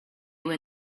were